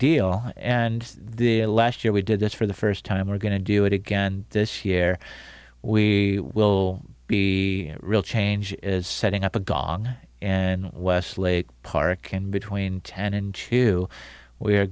deal and the last year we did this for the first time we're going to do it again this year we will be a real change is setting up gong in westlake park in between ten and two we are